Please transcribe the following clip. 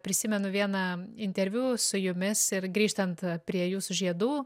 prisimenu vieną interviu su jumis ir grįžtant prie jūsų žiedų